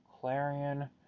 Clarion